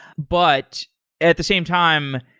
but at the same time,